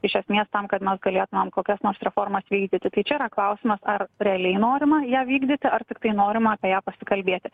iš esmės tam kad mes galėtumėm kokias nors reformas vykdyti tai čia yra klausimas ar realiai norima ją vykdyti ar tiktai norima apie ją pasikalbėti